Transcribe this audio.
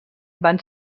van